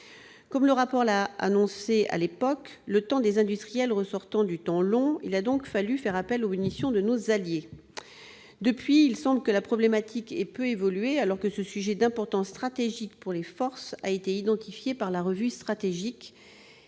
dans ce rapport, à l'époque, le temps des industriels ressortissant au temps long, il a fallu faire appel aux munitions de nos alliés. Depuis, il semble que la problématique ait peu évolué, alors que ce sujet d'importance stratégique pour les forces a été mis en lumière par la Revue stratégique